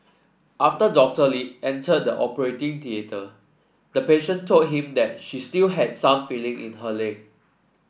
after Doctor Lee entered the operating theatre the patient told him that she still had some feeling in her leg